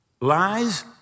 lies